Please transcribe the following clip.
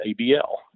ABL